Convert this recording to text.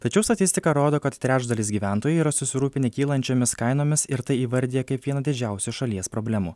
tačiau statistika rodo kad trečdalis gyventojų yra susirūpinę kylančiomis kainomis ir tai įvardija kaip vieną didžiausių šalies problemų